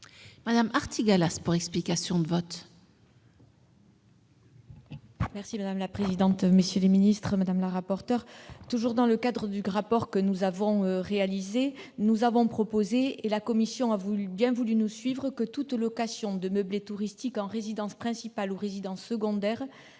Viviane Artigalas, pour explication de vote.